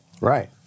Right